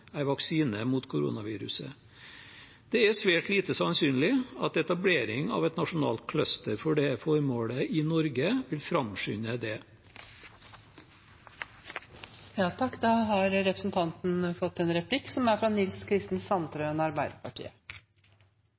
vaksine mot koronaviruset. Det er svært lite sannsynlig at etablering av et nasjonalt cluster for dette formålet i Norge vil framskynde det. Det blir replikkordskifte. Jeg oppfatter egentlig innlegget til representanten Reiten som positivt til tankegangen som